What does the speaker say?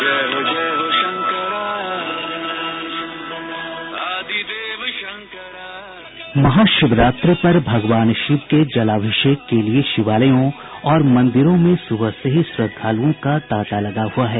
bite Mahashivratri पर भगवान शिव के जलाभिषेक के लिये शिवालयों और मंदिरों में सुबह से ही श्रद्वालुओं का तांता लगा हुआ है